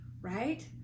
right